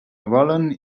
volen